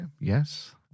yes